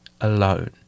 alone